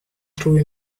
through